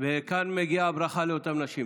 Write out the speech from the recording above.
כאן מגיעה ברכה לאותן נשים.